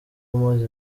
umaze